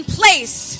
place